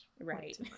Right